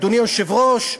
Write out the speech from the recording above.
אדוני היושב-ראש,